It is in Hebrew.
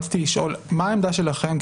מה העמדה שלכם,